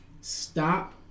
stop